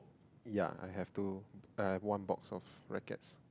ya I have two I have one box of rackets